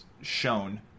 shown